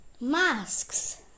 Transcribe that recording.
masks